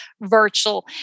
virtual